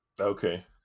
Okay